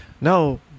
no